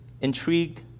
intrigued